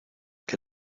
que